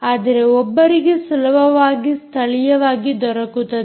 ಆದರೆ ಒಬ್ಬರಿಗೆ ಸುಲಭವಾಗಿ ಸ್ಥಳೀಯವಾಗಿ ದೊರಕುತ್ತದೆ